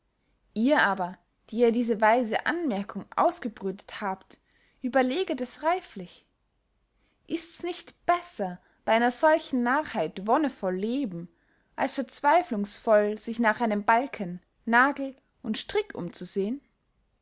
ihr aber die ihr diese weise anmerkung ausgebrütet habt überleget es reiflich ists nicht besser bey einer solchen narrheit wonnevoll leben als verzweiflungsvoll sich nach einem balken nagel und strick umsehen